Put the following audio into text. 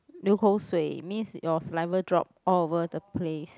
流口水 means your saliva drop all over the place